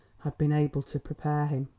had been able to prepare him.